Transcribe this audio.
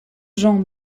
jean